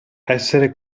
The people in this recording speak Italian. essere